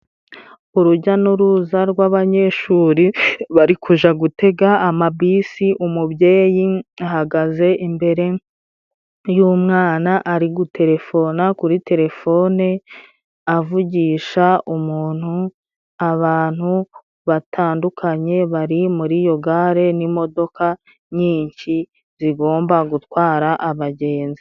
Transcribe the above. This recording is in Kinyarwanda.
Urujya n'uruza rw'abanyeshuri bari kujya gutega amabisi, umubyeyi ahagaze imbere y'umwana, ari guterefona kuri terefone avugisha umuntu, abantu batandukanye bari muri yo gare n'imodoka nyinshi zigomba gutwara abagenzi.